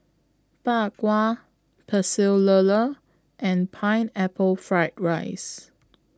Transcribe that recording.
Bak Kwa Pecel Lele and Pineapple Fried Rice